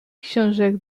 książek